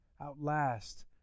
outlast